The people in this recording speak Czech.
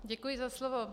Děkuji za slovo.